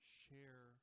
share